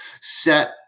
set